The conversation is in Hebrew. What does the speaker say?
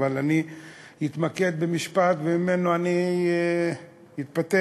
אני אתמקד במשפט וממנו אני אתפתח.